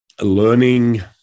Learning